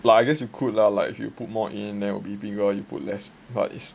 well I guess you could lah like if you put more in then it will be bigger if you put less but is